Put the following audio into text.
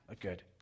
Good